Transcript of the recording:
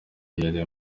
yari